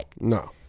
no